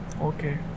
Okay